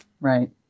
Right